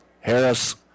Harris